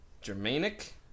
germanic